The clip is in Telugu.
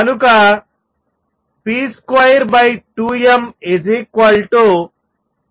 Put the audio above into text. కనుకp22mE V